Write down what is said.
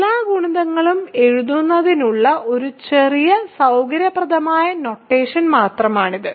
എല്ലാ ഗുണിതങ്ങളും എഴുതുന്നതിനുള്ള ഒരു ചെറിയ സൌകര്യപ്രദമായ നൊട്ടേഷൻ മാത്രമാണ് ഇത്